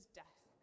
death